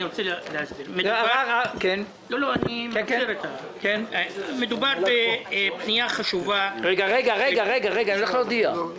הצבעה בעד רוב נגד נמנעים פניות מס' 284 287 אושרו.